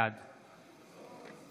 בעד